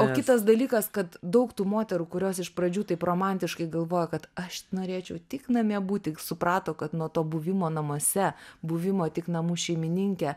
o kitas dalykas kad daug tų moterų kurios iš pradžių taip romantiškai galvojo kad aš norėčiau tik namie būti suprato kad nuo to buvimo namuose buvimo tik namų šeimininke